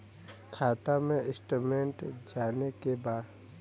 खाता के स्टेटमेंट जाने के बा?